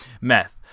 meth